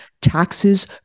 taxes